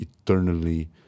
eternally